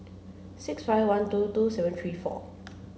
six five one two two seven three four